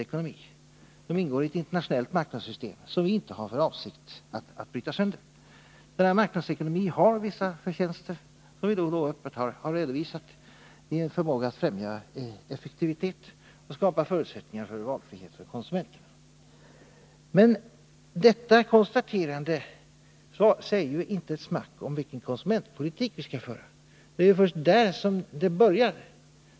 Den ingår i ett internationellt marknadssystem som vi inte har för avsikt att bryta sönder. Denna marknadsekonomi har sina förtjänster, vilket vi då och då öppet har redovisat, såsom en förmåga att främja effektivitet och skapa förutsättningar för valfrihet för konsumenterna. Men detta konstaterande säger inte ett smack om vilken konsumentpolitik vi skall föra. Det är först där problemet börjar.